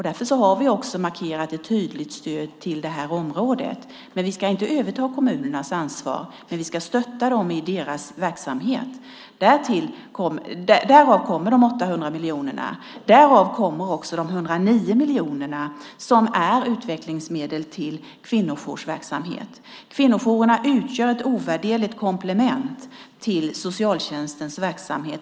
Därför har vi också markerat ett tydligt stöd till det här området. Vi ska inte överta kommunerna ansvar, men vi ska stötta dem i deras verksamhet. Därav kommer de 800 miljonerna. Därav kommer också de 109 miljoner som är utvecklingsmedel till kvinnojoursverksamhet. Kvinnojourerna utgör ett ovärderligt komplement till socialtjänstens verksamhet.